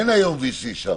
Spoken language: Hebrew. אין היום VC שם.